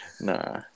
Nah